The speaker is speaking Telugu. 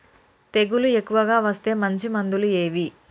తెగులు ఎక్కువగా వస్తే మంచి మందులు ఏవి?